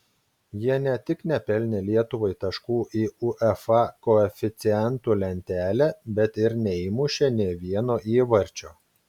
jie ne tik nepelnė lietuvai taškų į uefa koeficientų lentelę bet ir neįmušė nė vieno įvarčio